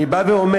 אני בא ואומר,